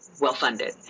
well-funded